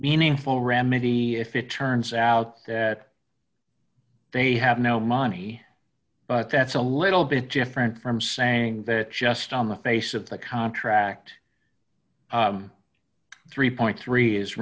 meaningful remedy if it turns out that they have no money but that's a little bit different from saying that just on the face of the contract three point three is